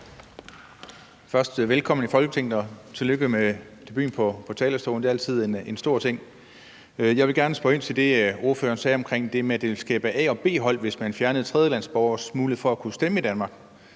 sige velkommen i Folketinget, og tillykke med debuten på talerstolen. Det er altid en stor ting. Jeg vil gerne spørge ind til det, som ordføreren sagde, om, at det ville skabe et A- og B-hold, hvis man fjernede tredjelandsborgeres mulighed for at kunne stemme i Danmark.